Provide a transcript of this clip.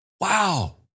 Wow